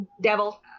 devil